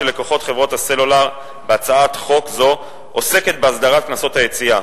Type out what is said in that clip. לקוחות חברות הסלולר בהצעת חוק זו עוסקת בהסדרת קנסות היציאה.